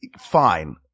fine